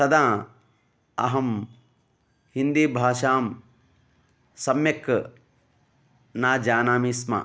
तदा अहं हिन्दीभाषां सम्यक् न जानामि स्म